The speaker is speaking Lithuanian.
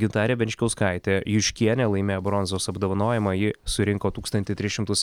gintarė veličkauskaitė juškienė laimėjo bronzos apdovanojimą ji surinko tūkstantį tris šimtus